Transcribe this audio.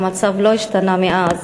והמצב לא השתנה מאז,